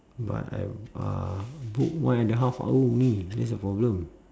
but I uh book one and a half hour only that's the problem